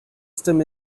system